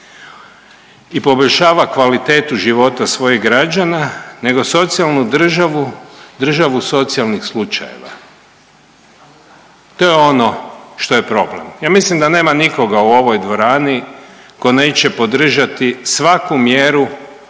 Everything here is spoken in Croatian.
i poboljšava kvalitetu života svojih građana, nego socijalnu državu, državu socijalnih slučajeva. To je ono što je problem. Ja mislim da nema nikoga u ovoj dvorani tko neće podržati svaku mjeru